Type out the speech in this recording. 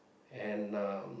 and um